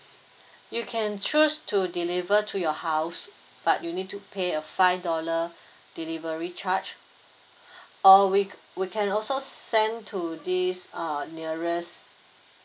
you can choose to deliver to your house but you need to pay a five dollar delivery charge or we we can also send to this uh nearest